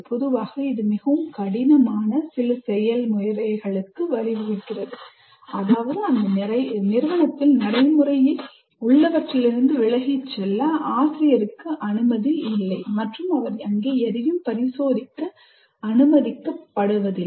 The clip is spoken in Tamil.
பொதுவாக இது மிகவும் கடினமான சில செயல்முறைகளுக்கு வழிவகுக்கிறது அதாவது அந்த நிறுவனத்தில் நடைமுறையில் உள்ளவற்றிலிருந்து விலகிச் செல்ல ஆசிரியருக்கு அனுமதி இல்லை மற்றும் அவர் அங்கே எதையும் பரிசோதிக்க அனுமதிக்கப்படுவதில்லை